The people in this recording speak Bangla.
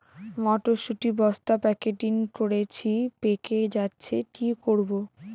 মটর শুটি বস্তা প্যাকেটিং করেছি পেকে যাচ্ছে কি করব?